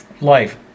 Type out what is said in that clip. Life